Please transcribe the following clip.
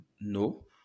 no